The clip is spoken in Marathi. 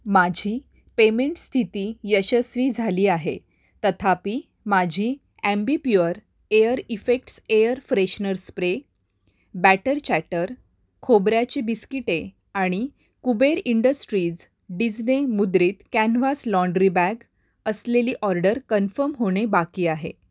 माझी पेमेंट स्थिती यशस्वी झाली आहे तथापि माझी Ambi Pur air effects air freshener spray batter chatter खोबऱ्याची बिस्किटे आणि कुबेर इंडस्ट्रीज डिझने मुद्रित कॅनव्हास लॉंड्री बॅग असलेली ऑर्डर कन्फम होणे बाकी आहे